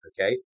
okay